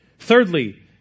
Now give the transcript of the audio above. Thirdly